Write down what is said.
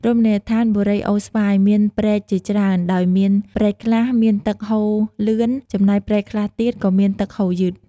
រមណីដ្ឋានបូរីអូរស្វាយមានព្រែកជាច្រើន ដោយមាន ព្រែកខ្លះមានទឹកហូរលឿន ចំណែកព្រែកខ្លះទៀត ក៏មានទឹកហូរយឺត។